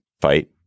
fight